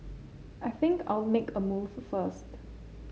I think I'll make a move first